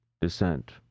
descent